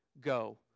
go